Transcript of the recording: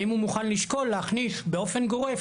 האם הוא מוכן לשקול להכניס באופן גורף,